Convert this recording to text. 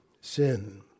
sin